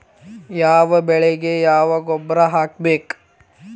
ಯಾವ ಬೆಳಿಗೆ ಯಾವ ಗೊಬ್ಬರ ಹಾಕ್ಬೇಕ್?